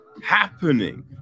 happening